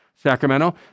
Sacramento